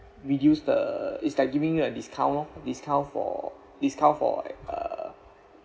reduce the it's like giving you a discount lor discount for discount for like uh